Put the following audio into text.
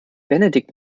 benedikt